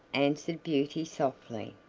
answered beauty softly,